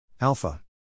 Alpha